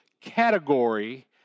category